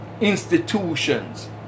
institutions